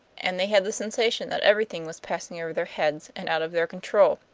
and they had the sensation that everything was passing over their heads and out of their control.